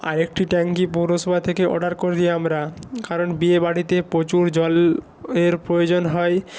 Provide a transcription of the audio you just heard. আরেকটি ট্যাঙ্কি পৌরসভা থেকে অর্ডার করে দিই আমরা কারণ বিয়ে বাড়িতে প্রচুর জলের প্রয়োজন হয়